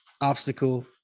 obstacle